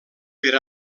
per